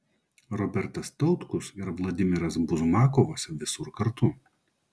robertas tautkus ir vladimiras buzmakovas visur kartu